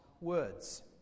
words